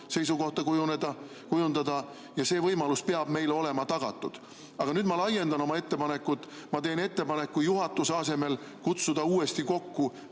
seisukohta kujundada ja see võimalus peab meile olema tagatud. Aga nüüd ma laiendan oma ettepanekut: ma teen ettepaneku juhatuse asemel kutsuda uuesti kokku